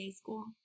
school